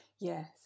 yes